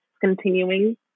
continuing